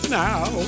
now